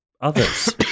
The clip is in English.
others